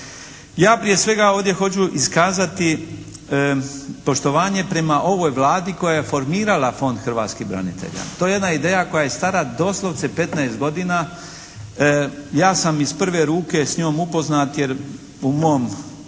Ja prije svega ovdje hoću iskazati poštovanje prema ovoj Vladi koja je formirala Fond hrvatskih branitelja. To je jedna ideja koja je stara doslovce 15 godina. Ja sam iz prve ruke s njom upoznat jer u mom